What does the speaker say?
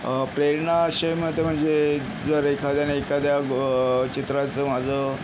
प्रेरणा अशे मिळते म्हणजे जर एखाद्याने एखाद्या चित्राचं माझं